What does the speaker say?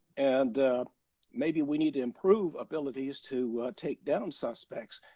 and maybe we need to improve abilities to take down um suspects.